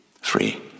Free